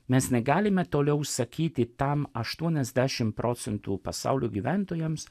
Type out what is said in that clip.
mes negalime toliau užsakyti tam aštuoniasdešim procentų pasaulio gyventojams